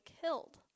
killed